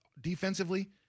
defensively